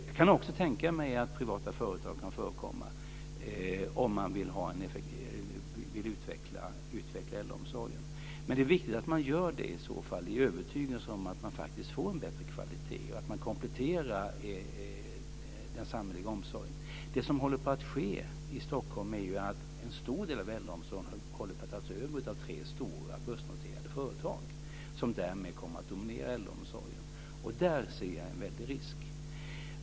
Jag kan också tänka mig att privata företag kan förekomma om man vill utveckla äldreomsorgen. Men det är viktigt att man i så fall gör det i övertygelsen om att man faktiskt får en bättre kvalitet och att man kompletterar den samhälleliga omsorgen. Det som håller på att ske i Stockholm är att en stor del av äldreomsorgen är på väg att tas över av tre stora börsnoterade företag, som därmed kommer att dominera äldreomsorgen. Där ser jag en väldig risk.